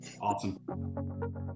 Awesome